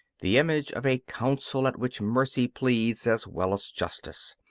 the image of a council at which mercy pleads as well as justice,